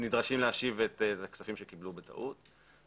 שנדרשים להשיב את הכספים שקיבלו בטעות,